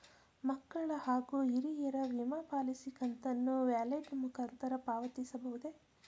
ಮಕ್ಕಳ ಹಾಗೂ ಹಿರಿಯರ ವಿಮಾ ಪಾಲಿಸಿ ಕಂತನ್ನು ವ್ಯಾಲೆಟ್ ಮುಖಾಂತರ ಪಾವತಿಸಬಹುದೇ?